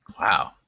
Wow